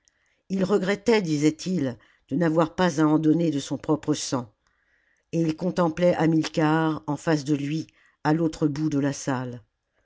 il regrettait disait-il de n'avoir pas à en donner de son propre sang et il contemplait hamilcar en face de lui à l'autre bout de la salle